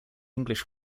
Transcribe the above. english